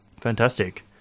fantastic